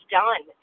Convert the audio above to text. done